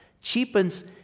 cheapens